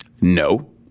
No